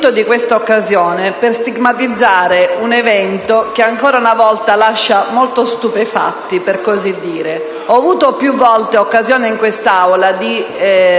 di questa occasione per stigmatizzare un evento che ancora una volta lascia molto stupefatti, per così dire. Ho avuto più volte occasione di